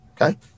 Okay